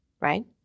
right